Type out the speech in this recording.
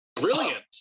brilliant